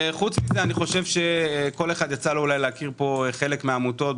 חוץ מזה, לכל אחד יצא להכיר חלק מהעמותות.